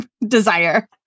desire